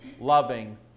loving